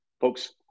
Folks